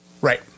right